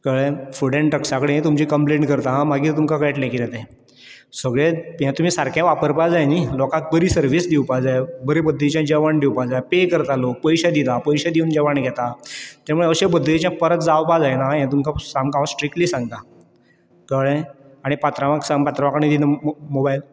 कळ्ळें food and ड्रग्सा कडेन कंम्प्लेन करता मागीर तुमका कयटलें किदें तें सगळे हे तुमी सारके वापरपा जाय न्ही लोकांक बरी सरवीस दिवपा जाय बरे पद्दतीचे जेवण दिवपा जाय पे करता लोक पयशे दिता पयशे दिवन जेवण घेता त्यामुळे अशे पद्दतीचें परत जावपा जायना हें तुमकां सामकें हांव स्ट्रिक्ट्ली सांगतां कळ्ळें आनी पात्रांवांक सांग पात्रांवा कडे दी मोबायल